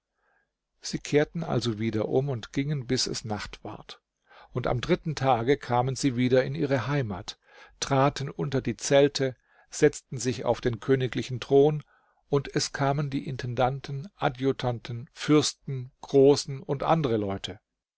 sie kehrten also wieder um und gingen bis es nacht ward und am dritten tage kamen sie wieder in ihre heimat traten unter die zelte setzten sich auf den königlichen thron und es kamen die intendanten adjutanten fürsten großen und andre leute